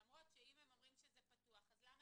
למרות שאם הם אומרים שזה פתוח אז למה